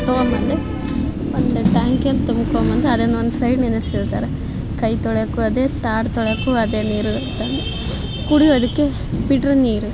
ತೊಗೊಂಡ್ ಬಂದು ಒಂದು ಟಾಂಕಿಯಲ್ಲಿ ತುಂಬ್ಕೊಂಡ್ ಬಂದು ಅದನ್ನು ಒಂದು ಸೈಡ್ ನಿಲ್ಲಿಸಿರ್ತಾರೆ ಕೈ ತೊಳ್ಯಕ್ಕೂ ಅದೇ ತಾಟ್ ತೊಳ್ಯಕ್ಕೂ ಅದೇ ನೀರು ಅಂತ ಕುಡ್ಯೋದಕ್ಕೆ ಪಿಲ್ಟ್ರ್ ನೀರು